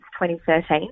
2013